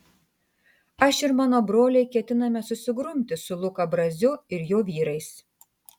aš ir mano broliai ketiname susigrumti su luka braziu ir jo vyrais